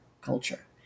culture